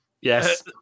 yes